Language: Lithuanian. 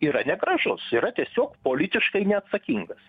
yra negražus yra tiesiog politiškai neatsakingas